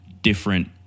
different